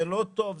זה לא טוב,